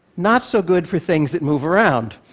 not so good for things that move around.